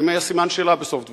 האם היה סימן שאלה בסוף דברי?